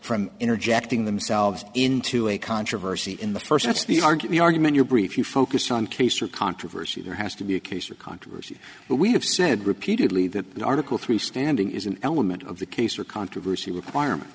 from interjecting themselves into a controversy in the first that's the argument argument you're brief you focus on case or controversy there has to be a case or controversy but we have said repeatedly that in article three standing is an element of the case or controversy requirement